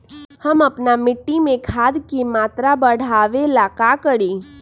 हम अपना मिट्टी में खाद के मात्रा बढ़ा वे ला का करी?